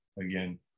again